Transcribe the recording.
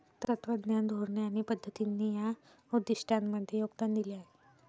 तत्त्वज्ञान, धोरणे आणि पद्धतींनी या उद्दिष्टांमध्ये योगदान दिले आहे